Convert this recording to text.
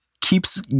keeps